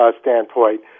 standpoint